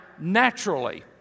naturally